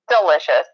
Delicious